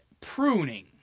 pruning